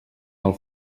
del